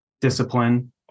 discipline